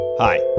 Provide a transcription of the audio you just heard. Hi